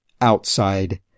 outside